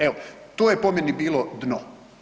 Evo, to je po meni bilo dno.